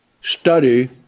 study